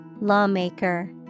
Lawmaker